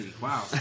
Wow